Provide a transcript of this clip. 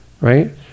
right